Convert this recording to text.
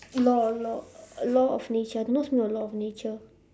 law law law of nature you know what's the meaning of law of nature